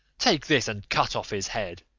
take this, and cut off his head.